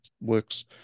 works